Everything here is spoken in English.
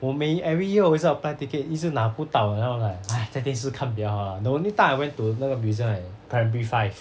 我没 every year 我会再 apply ticket 一直拿不到 then 我 !hais! 在电视看比较好啦 the only time I went to 那个 is like primary five this not very as far more usually they will give out too